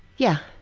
yeah.